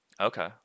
Okay